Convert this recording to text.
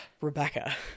Rebecca